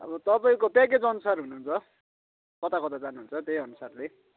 अबो तपाईँको प्याकेजअनुसार हुन्छ कता कता जानुहुन्छ त्यही अनुसारले